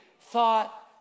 thought